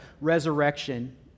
resurrection